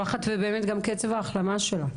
כל אחד וקצב ההחלמה שלו.